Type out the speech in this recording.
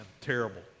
terrible